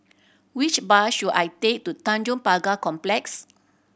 which bus should I take to Tanjong Pagar Complex